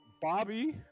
Bobby